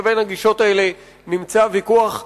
ובין הגישות האלה נמצא ויכוח קשה,